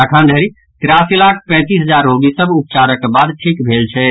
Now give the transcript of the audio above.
अखन धरि तिरासी लाख पैंतीस हजार रोगी सभ उपचारक बाद ठीक भेल छथि